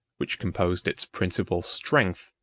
which composed its principal strength,